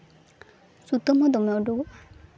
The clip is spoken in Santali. ᱥᱩᱛᱟᱹᱢ ᱦᱚᱸ ᱫᱚᱢᱮ ᱩᱰᱩᱠᱚᱜᱼᱟ